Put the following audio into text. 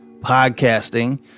podcasting